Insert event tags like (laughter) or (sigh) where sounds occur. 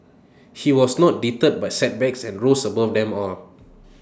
he was not deterred by setbacks and rose above them all (noise)